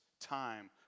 time